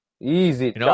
Easy